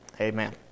Amen